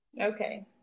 Okay